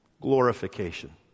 glorification